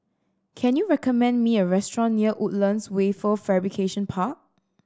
can you recommend me a restaurant near Woodlands Wafer Fabrication Park